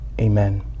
Amen